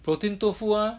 protein 豆腐 ah